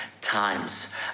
times